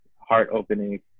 heart-opening